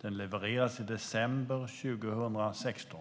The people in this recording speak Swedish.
Utredningen levererades i december 2015.